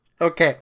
Okay